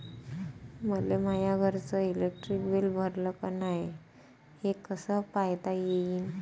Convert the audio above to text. मले माया घरचं इलेक्ट्रिक बिल भरलं का नाय, हे कस पायता येईन?